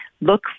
look